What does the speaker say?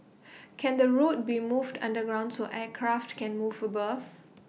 can the road be moved underground so aircraft can move above